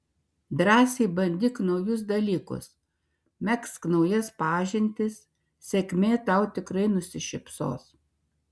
drąsiai bandyk naujus dalykus megzk naujas pažintis sėkmė tau tikrai nusišypsos